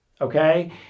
Okay